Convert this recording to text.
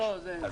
זה שונה.